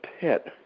pit